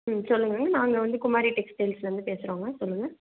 ம் சொல்லுங்கள் நாங்கள் வந்து குமாரி டெக்ஸ்டைல்ஸ்லேருந்து பேசுகிறோங்க சொல்லுங்கள்